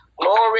Glory